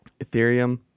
Ethereum